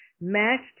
matched